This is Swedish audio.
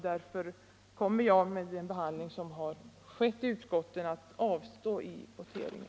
Därför kommer jag, efter den behandling av ärendet som har skett i utskottet, att avstå från att rösta vid voteringen.